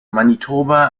manitoba